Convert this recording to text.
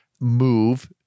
move